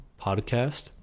podcast